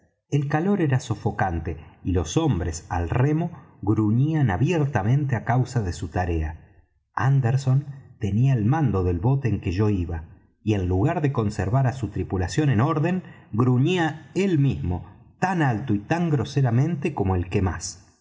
el calor era sofocante y los hombres al remo gruñían abiertamente á causa de su tarea ánderson tenía el mando del bote en que yo iba y en lugar de conservar á su tripulación en orden gruñía él mismo tan alto y tan groseramente como el que más